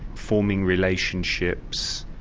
forming relationships,